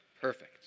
perfect